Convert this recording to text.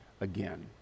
again